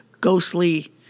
ghostly